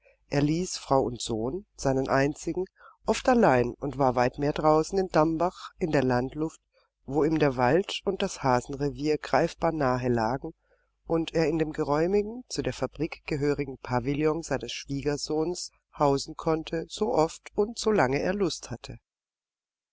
er ließ frau und sohn seinen einzigen oft allein und war weit mehr draußen in dambach in der landluft wo ihm der wald und das hasenrevier greifbar nahe lagen und er in dem geräumigen zu der fabrik gehörigen pavillon seines schwiegersohnes hausen konnte so oft und so lange er lust hatte